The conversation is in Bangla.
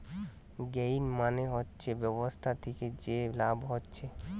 গেইন মানে হচ্ছে ব্যবসা থিকে যে লাভ হচ্ছে